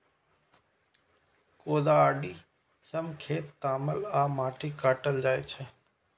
कोदाड़ि सं खेत तामल आ माटि काटल जाइ छै